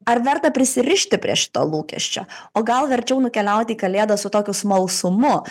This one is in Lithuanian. ar verta prisirišti prie šito lūkesčio o gal verčiau nukeliauti į kalėdas su tokiu smalsumu